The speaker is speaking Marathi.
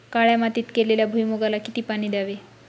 काळ्या मातीत केलेल्या भुईमूगाला किती पाणी द्यावे?